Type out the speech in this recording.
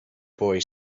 boy